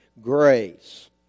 grace